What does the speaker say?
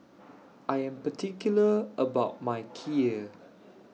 I Am particular about My Kheer